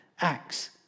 Acts